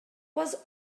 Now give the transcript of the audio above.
was